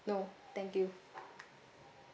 no thank you